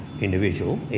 individual